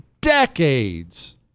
decades